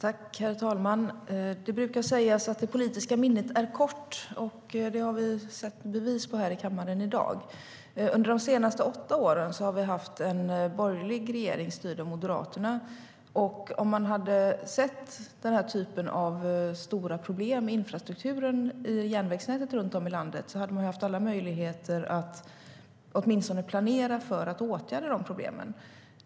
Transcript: Herr talman! Det brukar sägas att det politiska minnet är kort, och det har vi fått bevis på här i kammaren i dag. Under de senaste åtta åren har vi haft en borgerlig regering styrd av Moderaterna, och om man hade sett den här typen av stora problem med infrastrukturen i järnvägsnätet runt om i landet hade man haft alla möjligheter att åtminstone planera för att åtgärda de problemen.